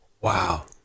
wow